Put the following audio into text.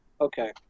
Okay